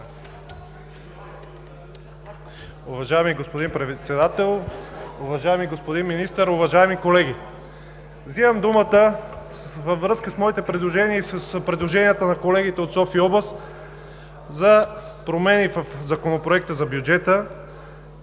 Уважаеми господин Председател, уважаеми господин Министър, уважаеми колеги! Взимам думата във връзка с моите предложения и с предложенията на колегите от София-област за промени в Законопроекта за бюджета.